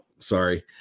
Sorry